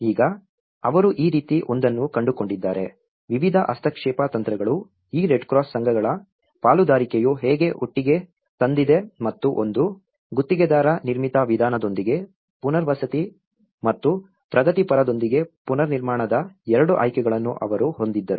ಈಗ ಅವರು ಈ ರೀತಿ ಒಂದನ್ನು ಕಂಡುಕೊಂಡಿದ್ದಾರೆ ವಿವಿಧ ಹಸ್ತಕ್ಷೇಪ ತಂತ್ರಗಳು ಈ ರೆಡ್ಕ್ರಾಸ್ ಸಂಘಗಳ ಪಾಲುದಾರಿಕೆಯು ಹೇಗೆ ಒಟ್ಟಿಗೆ ತಂದಿದೆ ಮತ್ತು ಒಂದು ಗುತ್ತಿಗೆದಾರ ನಿರ್ಮಿತ ವಿಧಾನದೊಂದಿಗೆ ಪುನರ್ವಸತಿ ಮತ್ತು ಪ್ರಗತಿಪರರೊಂದಿಗೆ ಪುನರ್ನಿರ್ಮಾಣದ 2 ಆಯ್ಕೆಗಳನ್ನು ಅವರು ಹೊಂದಿದ್ದರು